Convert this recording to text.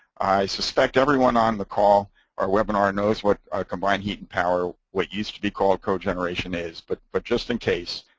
i suspect everyone on the call or webinar knows what combined heat and power, what used to be called co-generation is, but but just in case,